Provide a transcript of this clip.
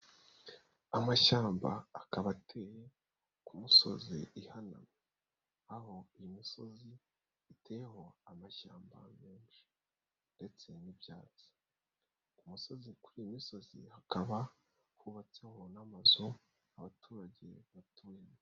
Amashyamba akaba ateye ku musozi ihanamye. Aho misozi iteyeho amashyamba menshi ndetse n'ibyatsi ku musozi kuri iyi misozi hakaba hubatseho n'amazu abaturage batuyemo.